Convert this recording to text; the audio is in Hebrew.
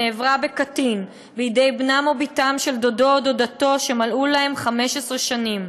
שנעברה בקטין בידי בנם או בתם של דודו או דודתו שמלאו להם 15 שנים,